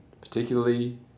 particularly